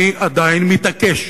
אני עדיין מתעקש